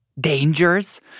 dangers